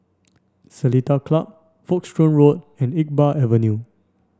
Seletar Club Folkestone Road and Iqbal Avenue